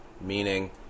meaning